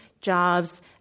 jobs